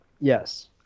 Yes